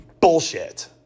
Bullshit